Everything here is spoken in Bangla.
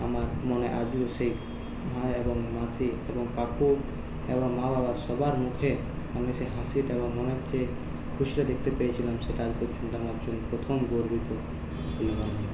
আমার মনে আজও সেই মা এবং মাসি এবং কাকু এবং মা বাবার সবার মুখে মানে সে হাসিটা আমার মনে হচ্ছে খুশিটা দেখতে পেয়েছিলাম সেটা এখনও পর্যন্ত আমার জন্য প্রথম গর্বিত বলে মনে হয়